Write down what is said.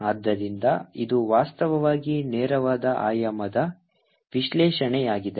ಆದ್ದರಿಂದ ಇದು ವಾಸ್ತವವಾಗಿ ನೇರವಾದ ಆಯಾಮದ ವಿಶ್ಲೇಷಣೆಯಾಗಿದೆ